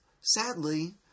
sadly